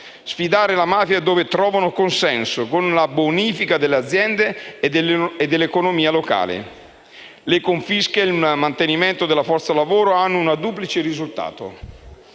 sfidare le mafie dove trovano consenso con la bonifica delle aziende e dell'economia locale. Le confische e il mantenimento della forza lavoro ottengono un duplice risultato: